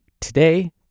today